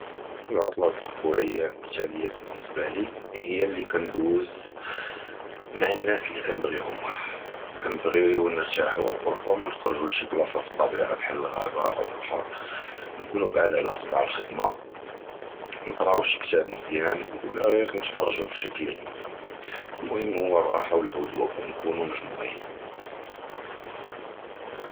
הַעֻטְלָה הַאֻסְבוּעִיָּה הַמֻּתַלִיָּה בִּנְסְבָּה לִי הִי לִי קִנְדּוּז מַעַ הַנַּאס לִי קִנְבְגִיהוּם, קִנְבְגִיוּ נִרְתַרַחְווּ וּרַבָּמָא נַחְרְגּוּ לְשִי בְלַאסָה פַלְטַבִיעָה בְּחַל הַגַּ'אבָּה וְלָא הַבַּחַר, נִקּוּנוּ בְעִיד עַל צְדַאג הַחֻרְסָה, נִקְרָאוּ שִי קִתָּאב מְזִיַאן וְלָא גִיר נִתְפַרְגְ'ווּ פִשִי פִילְם, הַמֻּهِם הוּוּ הַרַחָה וְהַהֲדוּء וְנִקּוּנוּ מְגֻמוּעִין.